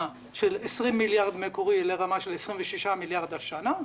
של 20 מיליארד מקורי לרמה של 26 מיליארד השנה.